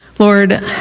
Lord